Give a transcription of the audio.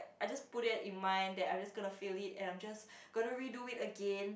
I just put that in mind that I'm just gonna fail it and I'm just gonna redo it again